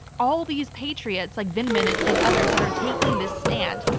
all of these patriots like vindman and and others that are taking this stand,